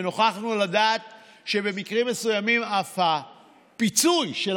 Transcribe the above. ונוכחנו לדעת שבמקרים מסוימים הפיצוי של